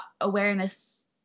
awareness